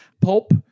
Pulp